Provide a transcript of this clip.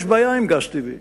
יש בעיה עם גז טבעי,